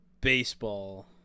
baseball